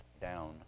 down